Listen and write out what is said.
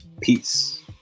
Peace